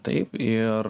taip ir